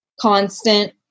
constant